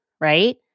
right